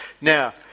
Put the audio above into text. now